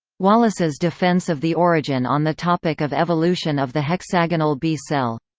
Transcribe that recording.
wallace's defence of the origin on the topic of evolution of the hexagonal bee cell.